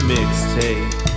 Mixtape